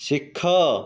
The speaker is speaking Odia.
ଶିଖ